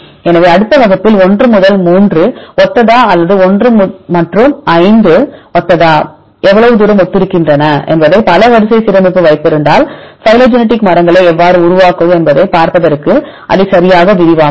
எனவே அடுத்த வகுப்பில் 1 மற்றும் 3 ஒத்ததா அல்லது 1 மற்றும் 5 ஒத்ததா எவ்வளவு தூரம் ஒத்திருக்கின்றன என்பதைப் பல வரிசை சீரமைப்பு வைத்திருந்தால் பைலோஜெனடிக் மரங்களை எவ்வாறு உருவாக்குவது என்பதைப் பார்ப்பதற்கு அதை சரியாக விரிவாக்குவோம்